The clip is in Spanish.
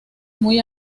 muy